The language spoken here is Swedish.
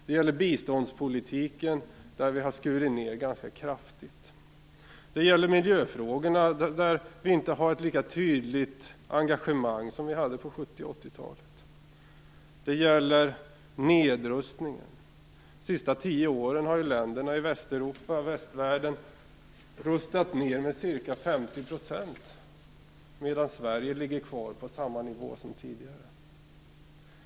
Det gäller biståndspolitiken, där vi har skurit ned ganska kraftigt. Det gäller miljöfrågorna, där vi inte har ett lika tydligt engagemang som på 1970 och 1980-talen. Det gäller nedrustningen. De senaste tio åren har länderna i Västeuropa och västvärlden rustat ned med ca 50 % medan Sverige ligger kvar på samma nivå som tidigare.